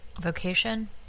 vocation